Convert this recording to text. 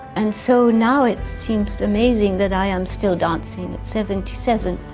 and so now it seems amazing that i am still dancing at seventy seven.